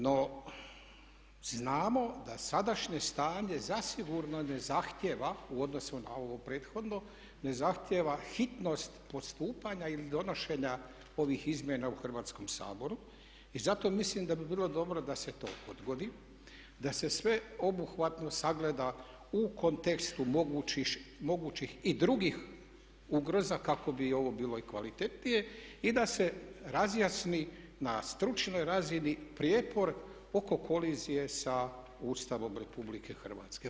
No, znamo da sadašnje stanje zasigurno ne zahtijeva u odnosu na ovo prethodno, ne zahtijeva hitnost postupanja ili donošenja ovih izmjena u Hrvatskom saboru i zato mislim da bi bilo dobro da se to odgodi, da se sveobuhvatno sagleda u kontekstu mogućih i drugih ugroza kako bi ovo bilo i kvalitetnije i da se razjasni na stručnoj razini prijepor oko kolizije sa Ustavom Republike Hrvatske.